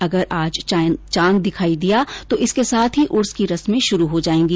अगर आज चाँद दिखाई दिया तो इसके साथ ही उर्स की रस्में शुरु हो जायेंगी